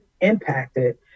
impacted